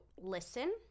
listen